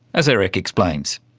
as erik explains.